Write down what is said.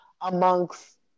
amongst